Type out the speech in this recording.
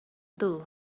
too